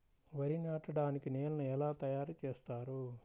వరి నాటడానికి నేలను ఎలా తయారు చేస్తారు?